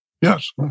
Yes